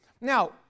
Now